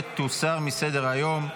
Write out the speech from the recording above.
ותוסר מסדר-היום.